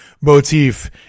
motif